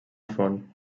font